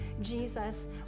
Jesus